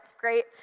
great